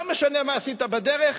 לא משנה מה עשית בדרך,